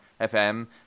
FM